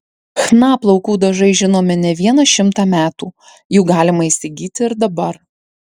chna plaukų dažai žinomi ne vieną šimtą metų jų galima įsigyti ir dabar